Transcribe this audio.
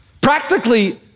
Practically